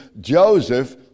Joseph